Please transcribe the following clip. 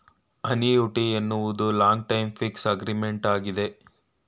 annuity ಎನ್ನುವುದು long time fix agreement ಆಗಿದೆ